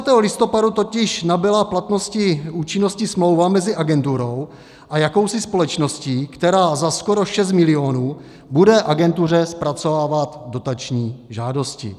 30. listopadu totiž nabyla účinnosti smlouva mezi agenturou a jakousi společností, která za 6 milionů bude agentuře zpracovávat dotační žádosti.